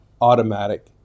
automatic